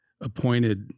appointed